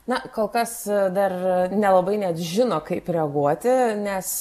na kol kas dar nelabai net žino kaip reaguoti nes